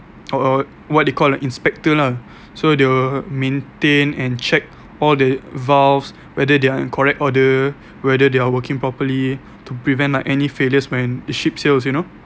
or err what you call the inspector lah so they will maintain and check all the valves whether they're in correct order whether they are working properly to prevent like any failures when the ship sails you know